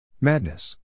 Madness